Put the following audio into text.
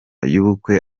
y’ubukwe